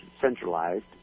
centralized